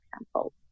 example